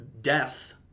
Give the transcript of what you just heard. Death